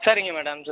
சரிங்க மேடம்